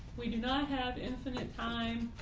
we do not have infinite time,